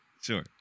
Sure